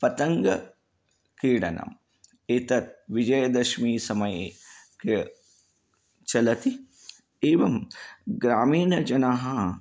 पतङ्गक्रीडनम् एतत् विजयदशमी समये कः चलति एवं ग्रामीणजनाः